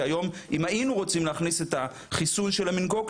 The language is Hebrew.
שהיום אם היינו רוצים להכניס את החיסון של המנינגוקוק,